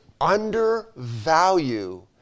undervalue